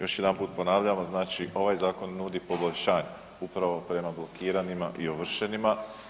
Još jedanput ponavljamo, znači ovaj zakon nudi poboljšanja upravo prema blokiranima i ovršenima.